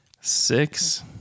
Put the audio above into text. Six